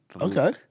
Okay